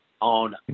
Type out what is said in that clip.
on